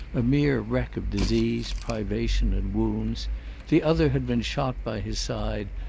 a mere wreck of disease, privation, and wounds the other had been shot by his side,